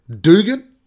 Dugan